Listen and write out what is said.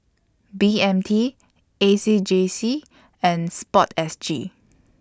B M T A C J C and Sport S G